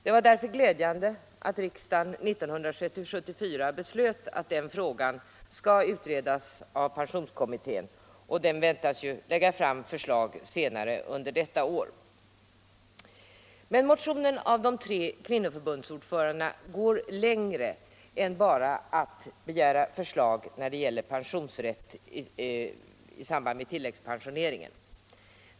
Det var därför glädjande att riksdagen 1974 beslöt att den frågan skall utredas av pensionskommittén. Den väntas ju lägga fram förslag senare under detta år. Men motionen av de tre kvinnoförbundsordförandena går längre än bara till att begära förslag när det gäller pensionsrätt för hemarbete i samband med tilläggspensioneringen.